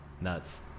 nuts